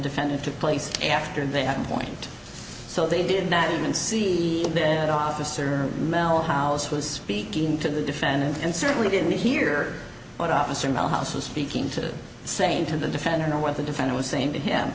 defendant took place after they had a point so they did not even see the officer mehl house was speaking to the defendant and certainly didn't hear what officer in the house was speaking to saying to the defendant or what the defender was saying to him